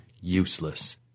useless